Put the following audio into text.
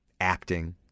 acting